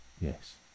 Yes